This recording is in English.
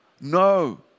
No